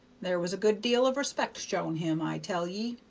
there was a good deal of respect shown him, i tell ye.